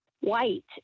white